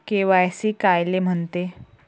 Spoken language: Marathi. के.वाय.सी कायले म्हनते?